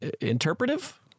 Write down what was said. interpretive